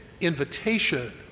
Invitation